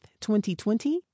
2020